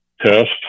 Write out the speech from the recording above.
test